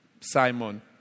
Simon